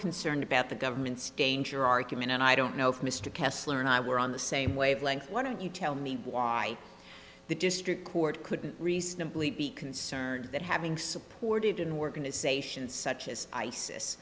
concerned about the government's danger argument and i don't know if mr kessler and i were on the same wavelength why don't you tell me why the district court couldn't recently be concerned that having supported in organizations such as isis